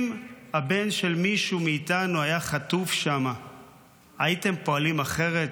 אם הבן של מישהו מאיתנו היה חטוף שם הייתם פועלים אחרת?